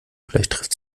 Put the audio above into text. vielleicht